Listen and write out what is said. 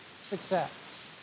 success